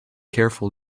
careful